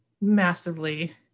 massively